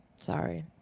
Sorry